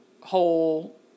whole